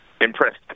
impressed